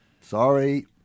Sorry